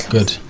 Good